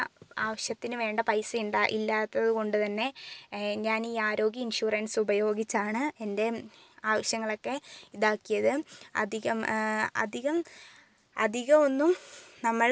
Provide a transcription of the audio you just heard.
ആവശ്യത്തിന് വേണ്ട പൈസ ഇല്ലാത്തതുകൊണ്ട് തന്നെ ഞാനീ ആരോഗ്യ ഇൻഷുറൻസ് ഉപയോഗിച്ചാണ് എൻ്റെ ആവശ്യങ്ങളൊക്കെ ഇതാക്കിയത് അധികം അധികം അധികമൊന്നും നമ്മള്